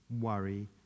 worry